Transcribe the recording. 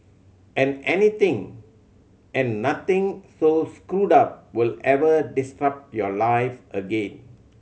and anything and nothing so screwed up will ever disrupt your life again